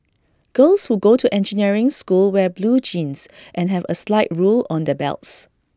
girls who go to engineering school wear blue jeans and have A slide rule on their belts